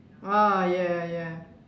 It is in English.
ah ya ya